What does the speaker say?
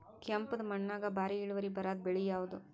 ಕೆಂಪುದ ಮಣ್ಣಾಗ ಭಾರಿ ಇಳುವರಿ ಬರಾದ ಬೆಳಿ ಯಾವುದು?